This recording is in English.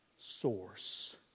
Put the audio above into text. source